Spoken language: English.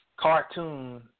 Cartoon